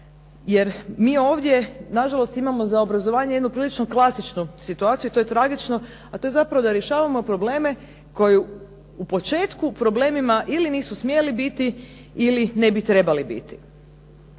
jer mi ovdje nažalost imamo za obrazovanje jednu prilično klasičnu situaciju, to je tragično, a to je zapravo da rješavamo probleme koji u početku problemima ili nisu smjeli biti ili ne bi trebali biti.